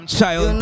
Child